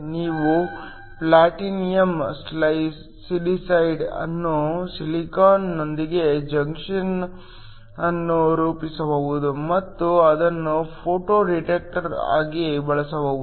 ನೀವು platinum silicide ಅನ್ನು silicon ನೊಂದಿಗೆ ಜಂಕ್ಷನ್ ಅನ್ನು ರೂಪಿಸಬಹುದು ಮತ್ತು ಅದನ್ನು ಫೋಟೋ ಡಿಟೆಕ್ಟರ್ ಆಗಿ ಬಳಸಬಹುದು